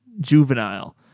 juvenile